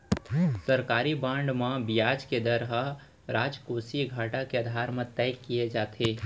सरकारी बांड म बियाज के दर ह राजकोसीय घाटा के आधार म तय किये जाथे